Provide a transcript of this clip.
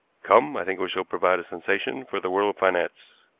come! i think we shall provide a sensation for the world of finance.